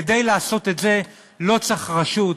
כדי לעשות את זה לא צריך רשות,